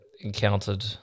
encountered